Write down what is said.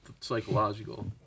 psychological